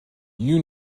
you